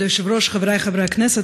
כבוד היושב-ראש, חברי חברי הכנסת,